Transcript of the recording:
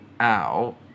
out